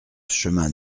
chemin